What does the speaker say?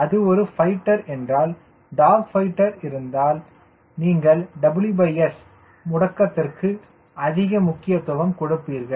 அது ஒரு ஃபைட்டர் என்றால் டாக் ஃபைட்டர் இருந்தால் நீங்கள் WS முடுக்கத்திற்கு அதிக முக்கியத்துவம் கொடுப்பீர்கள்